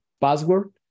password